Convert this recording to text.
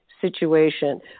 situation